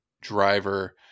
driver